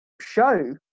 show